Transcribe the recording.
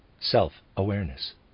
self-awareness